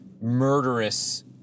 murderous